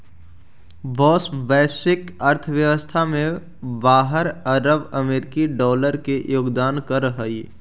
बाँस वैश्विक अर्थव्यवस्था में बारह अरब अमेरिकी डॉलर के योगदान करऽ हइ